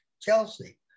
Chelsea